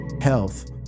health